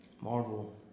Marvel